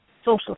social